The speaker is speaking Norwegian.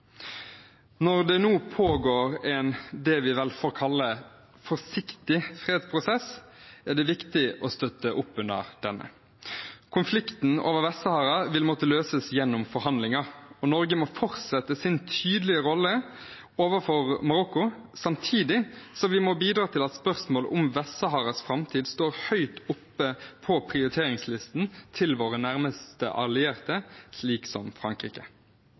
Når det nå pågår det vi vel får kalle en forsiktig fredsprosess, er det viktig å støtte opp under denne. Konflikten om Vest-Sahara vil måtte løses gjennom forhandlinger, og Norge må fortsette sin tydelige rolle overfor Marokko samtidig som vi må bidra til at spørsmålet om Vest-Saharas framtid står høyt oppe på prioriteringslisten til våre nærmeste allierte, slik som Frankrike.